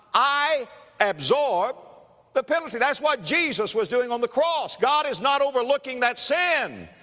i absorb the penalty. that's what jesus was doing on the cross. god is not overlooking that sin,